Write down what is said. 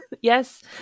Yes